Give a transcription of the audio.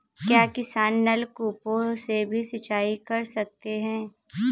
क्या किसान नल कूपों से भी सिंचाई कर सकते हैं?